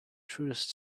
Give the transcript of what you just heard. truest